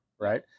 Right